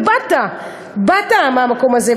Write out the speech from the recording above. ובאת מהמקום הזה,